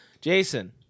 Jason